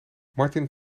martin